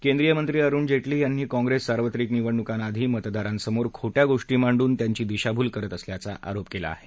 केंद्रीय मंत्री अरुण जेटली यांनी काँग्रेस सार्वत्रिक निवडणूकांआधी मतदारांसमोर खोट्या गोष्टी मांडून त्यांची दिशाभूल करत असल्याचा आरोप केला आहे